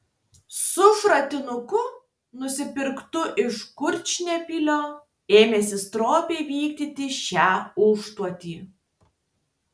su šratinuku nusipirktu iš kurčnebylio ėmėsi stropiai vykdyti šią užduotį